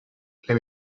let